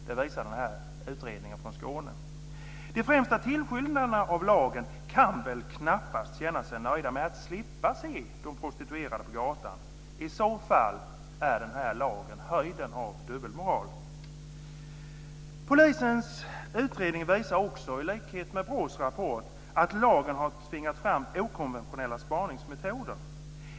Det visar den här utredningen från Skåne. De främsta tillskyndarna av lagen kan väl knappast känna sig nöjda med att slippa se de prostituerade på gatan. I så fall är den här lagen höjden av dubbelmoral. Polisens utredning visar också, i likhet med BRÅ:s rapport, att lagen har tvingat fram okonventionella spaningsmetoder.